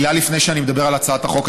מילה לפני שאני מדבר על הצעת החוק,